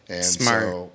Smart